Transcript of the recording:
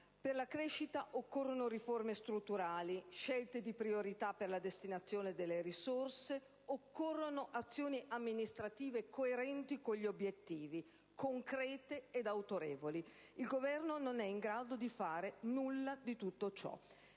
Per la crescita occorrono riforme strutturali e scelte di priorità per la destinazione delle risorse; occorrono azioni amministrative coerenti con gli obiettivi, concrete e autorevoli. Il Governo non è in grado di fare nulla di tutto ciò.